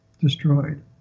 destroyed